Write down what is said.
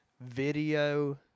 video